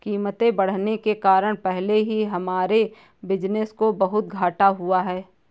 कीमतें बढ़ने के कारण पहले ही हमारे बिज़नेस को बहुत घाटा हुआ है